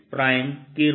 r R